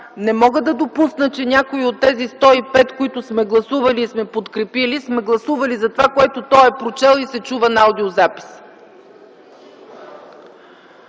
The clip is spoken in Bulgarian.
не мога да допусна, че някой от тези 105 народни представители, които сме гласували и подкрепили, сме гласували за това, което той е прочел и се чува на аудиозаписа.